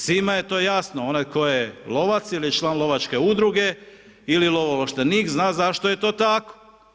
Svima je to jasno, onaj 'ko je lovac ili član lovačke udruge ili lovo ovlaštenik, zna zašto je to tako.